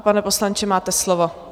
Pane poslanče, máte slovo.